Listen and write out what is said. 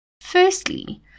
Firstly